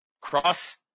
Cross